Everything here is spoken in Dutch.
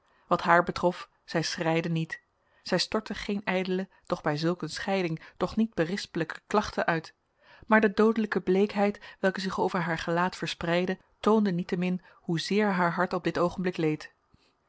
wat haar betrof zij schreide niet zij stortte geen ijdele doch bij zulk een scheiding toch niet berispelijke klachten uit maar de doodelijke bleekheid welke zich over haar gelaat verspreidde toonde niettemin hoezeer haar hart op dit oogenblik leed